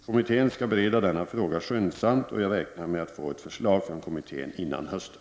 Kommittén skall bereda denna fråga skyndsamt och jag räknar med att få ett förslag från kommittén innan hösten.